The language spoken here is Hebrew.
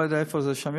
אני לא יודע איפה זה שם,